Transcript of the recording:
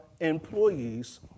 employees